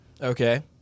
Okay